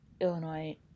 Illinois